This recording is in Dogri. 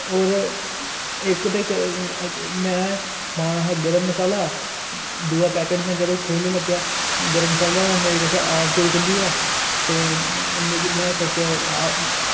ते इक्क ते इक्क में पाना हा गर्म मसाला दूआ पैकेट में जदूं खोह्ल्लन लगेआ गर्म मसाले दा ओह् मेरे कशा आप च खुल्ली आ ते में सोचेआ